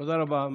תודה רבה.